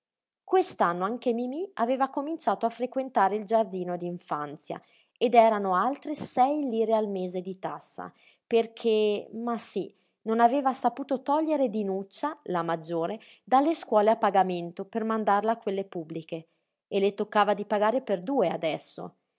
quest'anno anche mimí aveva cominciato a frequentare il giardino d'infanzia ed erano altre sei lire al mese di tassa perché ma sí non aveva saputo togliere dinuccia la maggiore dalle scuole a pagamento per mandarla a quelle pubbliche e le toccava di pagare per due adesso